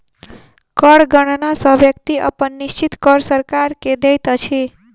कर गणना सॅ व्यक्ति अपन निश्चित कर सरकार के दैत अछि